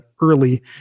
early